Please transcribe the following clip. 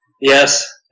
Yes